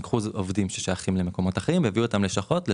לקחו עובדים ששייכים למקומות אחרים והביאו אותם ללשכות.